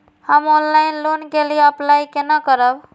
हम online loan के लिए अप्लाई केना करब?